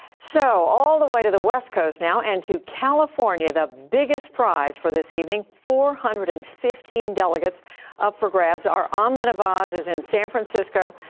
so, all the way to the west coast now and to california, the biggest prize for this evening, four hundred and fifteen delegates up for grabs. our um amna nawaz is in san francisco.